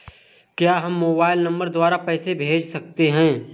क्या हम mobile number द्वारा पैसे भेज सकते हैं?